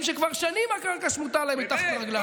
שכבר שנים הקרקע שמוטה להם מתחת לרגליים,